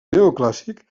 neoclàssic